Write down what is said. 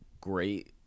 great